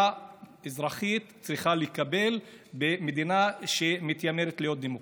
אזרחית צריכה לקבל במדינה שמתיימרת להיות דמוקרטית.